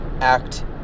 act